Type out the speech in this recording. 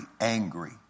angry